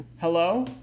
hello